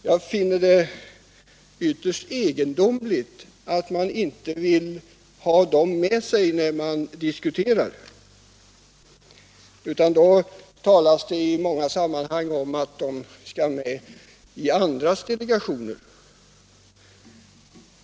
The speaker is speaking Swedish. Jag finner det ytterst egendomligt att man inte vill ha med dem när man diskuterar och att man hänvisar till att de skall representeras i andras delegationer.